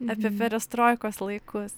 apie perestrojkos laikus